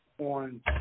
on